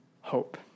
hope